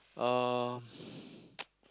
um